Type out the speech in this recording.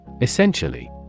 Essentially